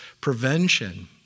prevention